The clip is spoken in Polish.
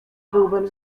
byłbym